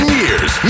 years